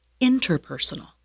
interpersonal